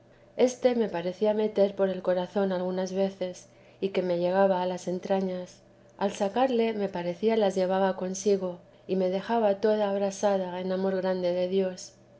este me parecía meter por el corazón algunas veces y que me llegaba a las entrañas al sacarle me parecía las llevaba consigo y me dejaba toda abrasada en amor grande de dios